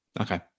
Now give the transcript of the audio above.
Okay